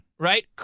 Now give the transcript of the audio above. Right